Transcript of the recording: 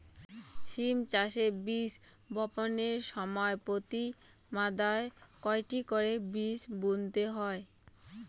সিম চাষে বীজ বপনের সময় প্রতি মাদায় কয়টি করে বীজ বুনতে হয়?